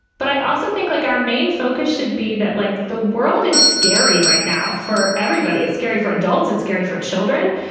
but i also think, like our main focus should be that, like, the world is scary right now for everybody. it's scary for adults, it's scary for children.